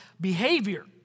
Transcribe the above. behavior